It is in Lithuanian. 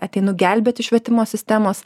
ateinu gelbėti švietimo sistemos